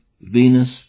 Venus